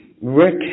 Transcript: Rick